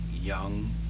young